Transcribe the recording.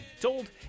Told